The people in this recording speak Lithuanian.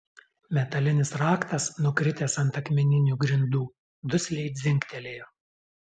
metalinis raktas nukritęs ant akmeninių grindų dusliai dzingtelėjo